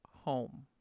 home